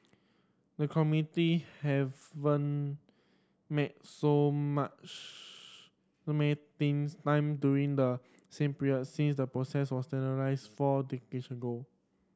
the committee haven't met so much to met things time during the same period since the process was standardised four decades ago